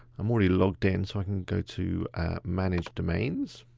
i'm already logged in so i can go to manage domains.